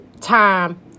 time